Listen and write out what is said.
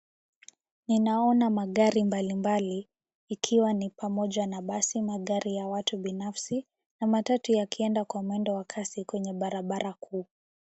Ninaona magari mbali mbali, ikiwa ni pamoja na basi, magari ya watu binafsi na matatu yakienda kwa mwendo wa kasi kwenye barabara kuu.